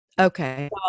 Okay